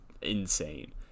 insane